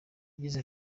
yagize